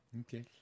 Okay